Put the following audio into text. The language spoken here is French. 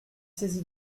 saisie